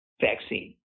vaccine